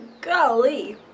golly